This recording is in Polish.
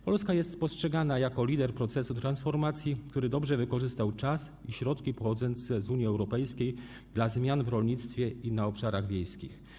Polska jest postrzegana jako lider procesu transformacji, który dobrze wykorzystał czas i środki pochodzące z Unii Europejskiej na rzecz zmian w rolnictwie i na obszarach wiejskich.